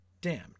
damned